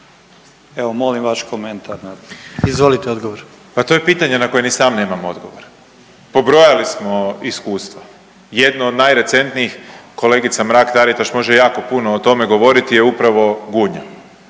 Izvolite odgovor. **Grbin, Peđa (SDP)** Pa to je pitanje na koje ni sam nemam odgovor. Pobrojali smo iskustva. Jedno od najrecentnijih kolegica Mrak-Taritaš može jako puno o tome govoriti je upravo Gunja,